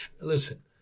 Listen